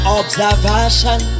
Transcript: observation